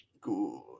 Good